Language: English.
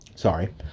Sorry